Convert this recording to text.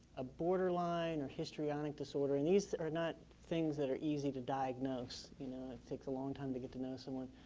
a boarder line, of histrionic disorder and these are not things that are easy to diagnose. you know, it takes a long time to get to know someone.